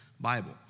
Bible